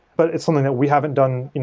but it's something that we haven't done.